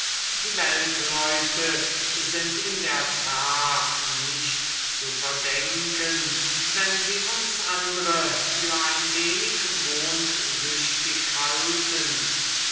die weltleute sind in der tat nicht zu verdenken wenn sie uns andre für ein wenig mondsüchtig halten